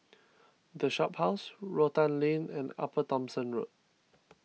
the Shophouse Rotan Lane and Upper Thomson Road